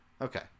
Okay